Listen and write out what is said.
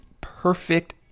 perfect